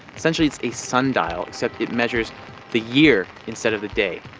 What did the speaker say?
essentially it's a sundial except it measures the year instead of the day.